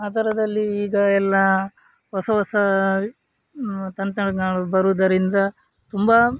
ಆ ಥರದಲ್ಲಿ ಈಗ ಎಲ್ಲ ಹೊಸ ಹೊಸ ತಂತ್ರಜ್ಞಾನಗಳು ಬರುವುದರಿಂದ ತುಂಬ